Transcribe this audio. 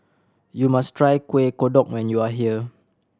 you must try Kuih Kodok when you are here